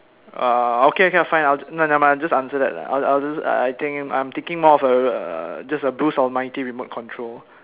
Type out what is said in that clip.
uh okay okay lah fine no never mind just answer that lah I'll I'll just I think I'm thinking more of a uh just a Bruce Almighty mighty remote control